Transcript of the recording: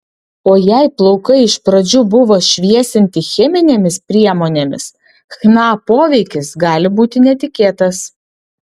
o jei plaukai iš pradžių buvo šviesinti cheminėmis priemonėmis chna poveikis gali būti netikėtas